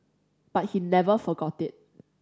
but he never forgot it